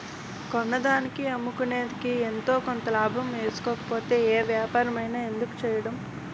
కొన్నదానికి అమ్ముకునేదికి ఎంతో కొంత లాభం ఏసుకోకపోతే ఏ ఏపారమైన ఎందుకు సెయ్యడం?